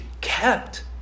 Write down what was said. kept